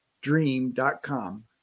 Dream.com